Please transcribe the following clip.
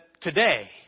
today